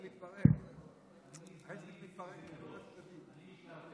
כמו שקרה לסגן השר שוסטר, לכן היא לא הגיעה.